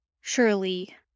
surely